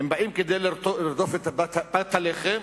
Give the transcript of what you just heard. הם באים כדי לרדוף אחר פת הלחם,